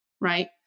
right